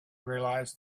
realized